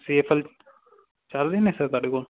ਸੀ F L ਚੱਲ ਰਹੇ ਨੇ ਸਰ ਤੁਹਾਡੇ ਕੋਲ